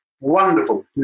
wonderful